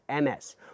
MS